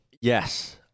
Yes